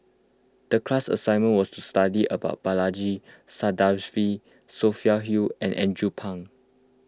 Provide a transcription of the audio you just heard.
the class assignment was to study about Balaji Sadasivan Sophia Hull and Andrew Phang